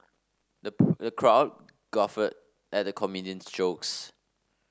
the crowd guffawed at the comedian's jokes